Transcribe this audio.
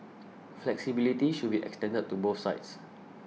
flexibility should be extended to both sides